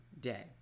day